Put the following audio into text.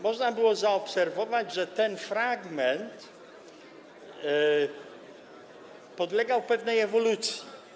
Można było zaobserwować, że ten fragment podlegał pewnej ewolucji.